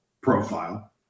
profile